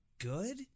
good